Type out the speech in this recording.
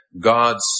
God's